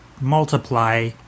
multiply